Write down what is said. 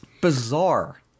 bizarre